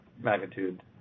magnitude